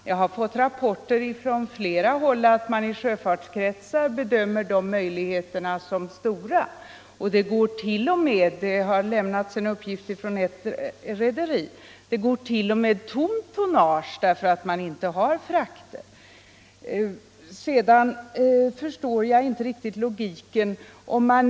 Jag har fått rapporter om att man i sjöfartskretsar bedömer möjligheterna att skaffa fram tonnage som stora. Ett rederi har t.o.m. uppgivit att tonnage går tomt därför att man inte har frakter. Jag förstår inte riktigt logiken i herr Antonssons yttrande.